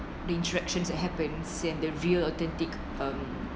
the interactions that happens in the real authentic um